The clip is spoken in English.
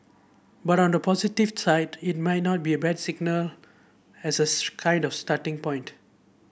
but on the positive side it may not be a bad signal as a kind of starting point